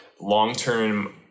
long-term